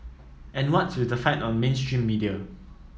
and what's with the fight on mainstream media